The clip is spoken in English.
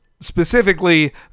specifically